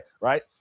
right